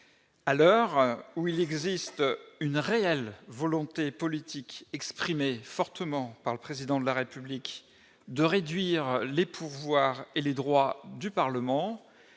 à l'heure où il existe une réelle volonté politique exprimée fortement par le président de la République de réduire les pouvoirs et les droits du Parlement,